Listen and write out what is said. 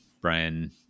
Brian